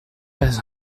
pas